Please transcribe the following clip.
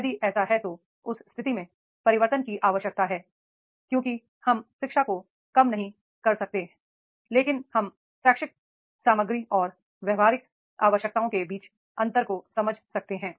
यदि ऐसा है तो उस स्थिति में परिवर्तन की आवश्यकता है क्योंकि हम शिक्षा को कम नहीं कर सकते हैं लेकिन हम शैक्षिक सामग्री और व्यावहारिक आवश्यकता के बीच अंतर को समझ सकते हैं